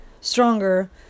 stronger